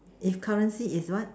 if currency is what